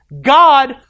God